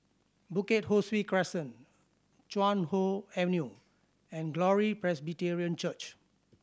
Bukit Ho Swee Crescent Chuan Hoe Avenue and Glory Presbyterian Church